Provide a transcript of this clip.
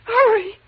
Hurry